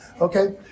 Okay